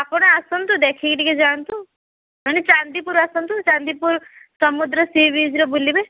ଆପଣ ଆସନ୍ତୁ ଦେଖିକି ଟିକେ ଯାଆନ୍ତୁ ମାନେ ଚାନ୍ଦିପୁର ଆସନ୍ତୁ ଚାନ୍ଦିପୁର ସମୁଦ୍ର ସି ବିଚ୍ରେ ବୁଲିବେ